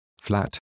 flat